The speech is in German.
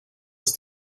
dass